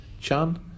Chan